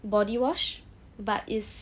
body wash but is